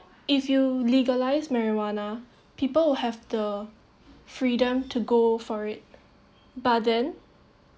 if you legalize marijuana people will have the freedom to go for it but then